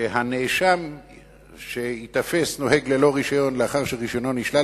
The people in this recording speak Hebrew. שהנאשם שייתפס נוהג ללא רשיון לאחר שרשיונו נשלל